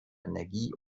energie